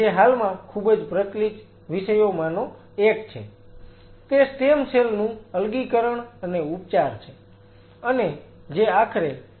જે હાલમાં ખૂબ જ પ્રચલિત વિષયોમાંનો એક છે તે સ્ટેમ સેલ નું અલગીકરણ અને ઉપચાર છે અને જે આખરે કૃત્રિમ અંગો તરફ દોરી શકે છે